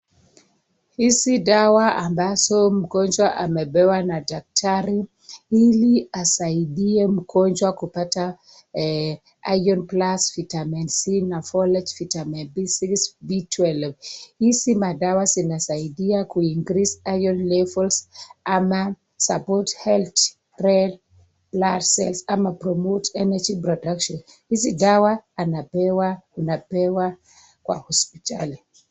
Hizi dawa ambazo mgonjwa amepewa na Daktari ili asaidie mgojwa kupata eeh ione plasfe, vtamin c na voltage vitamin b12 hizi sinasaidia kuincrease ion levels ama support health read blood cell ama promote energy haya dawa anaapewa kwa hosipitali.